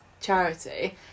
charity